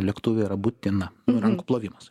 lėktuve yra būtina ir rankų plovimas